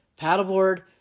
Paddleboard